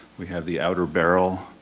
we have the outer barrel,